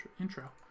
intro